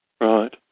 right